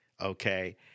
okay